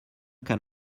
can